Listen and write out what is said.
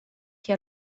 che